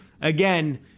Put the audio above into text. again